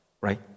right